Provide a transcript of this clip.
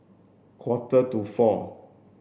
quarter to four